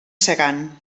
segan